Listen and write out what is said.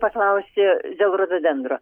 paklausti dėl rododendrų